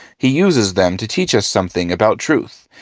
he uses them to teach us something about truth,